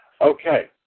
Okay